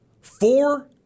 four